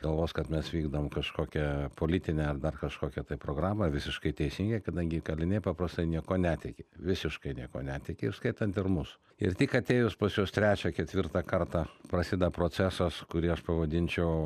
galvos kad mes vykdom kažkokią politinę ar dar kažkokią programą visiškai teisingai kadangi kaliniai paprastai niekuo netiki visiškai nieko netiki įskaitant ir mus ir tik atėjus pas juos trečią ketvirtą kartą prasideda procesas kurį aš pavadinčiau